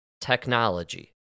technology